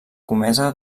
comesa